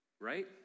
right